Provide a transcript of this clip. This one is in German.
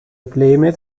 probleme